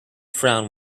frown